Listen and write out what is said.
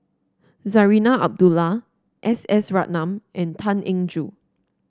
Zarinah Abdullah S S Ratnam and Tan Eng Joo